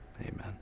Amen